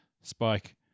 Spike